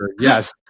yes